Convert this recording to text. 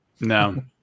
No